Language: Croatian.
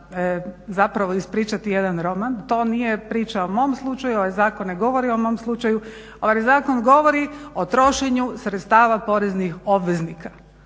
mogla ispričati jedan roman. To nije priča o mom slučaju, a i zakon ne govori o mom slučaju, zakon govori o trošenju sredstava poreznih obveznika.